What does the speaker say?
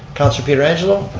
councilor pietrangelo.